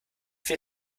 vier